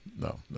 No